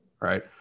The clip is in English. right